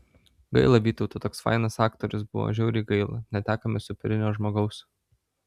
gaila vytauto toks fainas aktorius buvo žiauriai gaila netekome superinio žmogaus